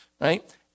right